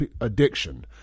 addiction